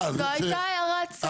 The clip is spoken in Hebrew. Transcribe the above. זאת הייתה הערת צד.